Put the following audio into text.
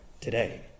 today